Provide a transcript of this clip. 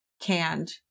canned